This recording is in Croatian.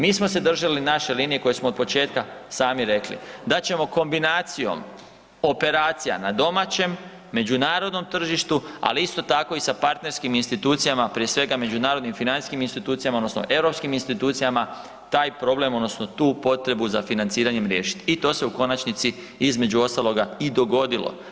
Mi smo se držali naše linije koju smo otpočetka sami rekli da ćemo kombinacijom operacija na domaćem, međunarodnom tržištu, ali isto tako i sa partnerskim institucijama, prije svega međunarodnim financijskim institucijama odnosno europskim institucijama taj problem odnosno tu potrebu za financiranjem riješit i to se u konačnici između ostaloga i dogodilo.